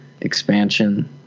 Expansion